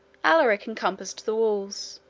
alaric encompassed the walls,